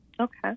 Okay